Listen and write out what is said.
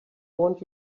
want